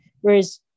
Whereas